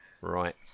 Right